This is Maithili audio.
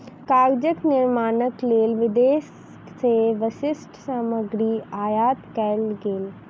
कागजक निर्माणक लेल विदेश से विशिष्ठ सामग्री आयात कएल गेल